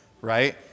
right